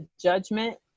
judgment